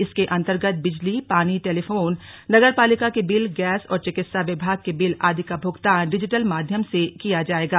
इसके अन्तर्गत बिजली पानी टेलीफोन नगरपालिका के बिल गैस और चिकित्सा विभाग के बिल आदि का भुगतान डिजीटल माध्यम से किया जायेगा